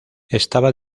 estaba